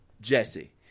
jesse